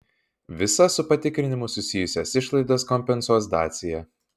visas su patikrinimu susijusias išlaidas kompensuos dacia